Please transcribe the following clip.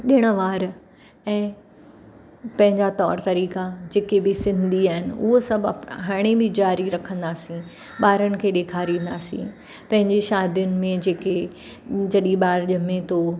ॾिणु वारु ऐं पंहिंजा तौरु तरीक़ा जेके बि सिंधी आहिनि उहो सभु हाणे बि ज़ारी रखंदासीं ॿारनि खे ॾेखारींदासीं पंहिंजे शादीयुनि में जेके जॾहिं ॿार ॼमे थो